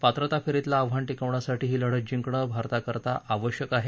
पात्रता फेरीतलं आव्हान टिकवण्यासाठी ही लढत जिंकणं भारता करता आवश्यक आहे